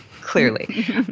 clearly